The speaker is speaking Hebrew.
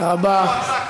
תודה רבה.